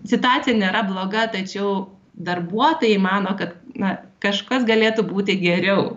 situacija nėra bloga tačiau darbuotojai mano kad na kažkas galėtų būti geriau